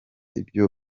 ibyo